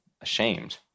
ashamed